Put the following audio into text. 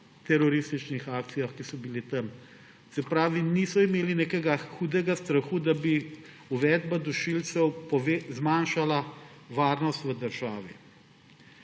terorističnih akcijah, ki so bile tam. Se pravi, niso imeli nekega hudega strahu, da bi uvedba dušilcev zmanjšala varnost v državi.